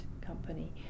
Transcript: company